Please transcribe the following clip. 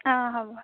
অঁ হ'ব